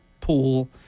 pool